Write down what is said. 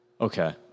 Okay